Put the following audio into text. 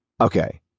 okay